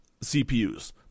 CPUs